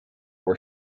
were